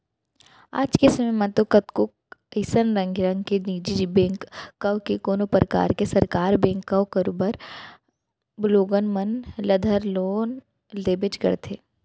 आज के समे म तो कतको अइसन रंग रंग के निजी बेंक कव के कोनों परकार के सरकार बेंक कव करोबर लोगन मन ल धर लोन देबेच करथे